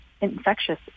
infectious